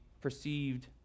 perceived